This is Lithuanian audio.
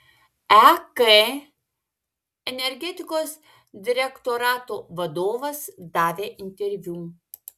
ek energetikos direktorato vadovas davė interviu